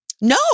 No